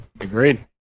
Agreed